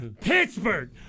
Pittsburgh